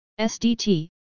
SDT